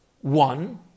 one